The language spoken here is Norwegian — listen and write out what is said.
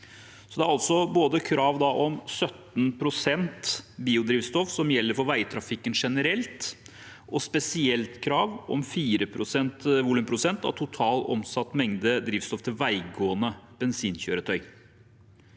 både krav om 17 volumprosent biodrivstoff som gjelder for veitrafikken generelt, og et spesielt krav om 4 volumprosent av totalt omsatt mengde drivstoff til veigående bensinkjøretøy.